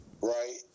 right